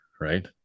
right